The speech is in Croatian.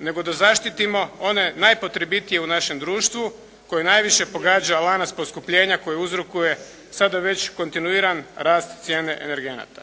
nego da zaštitimo one najpotrebitije u našem društvu koje najviše pogađa lanac poskupljenja koji uzrokuje sada već kontinuirani rast cijene energenata.